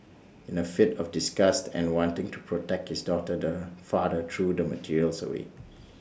in A fit of disgust and wanting to protect his daughter the father threw the materials away